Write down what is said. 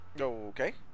Okay